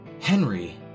Henry